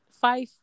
five